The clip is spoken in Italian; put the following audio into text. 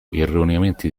erroneamente